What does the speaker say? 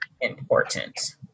important